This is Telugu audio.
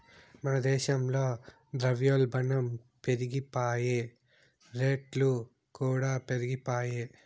మన దేశంల ద్రవ్యోల్బనం పెరిగిపాయె, రేట్లుకూడా పెరిగిపాయె